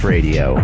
Radio